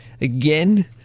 again